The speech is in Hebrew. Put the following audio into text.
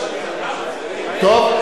טוב,